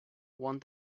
one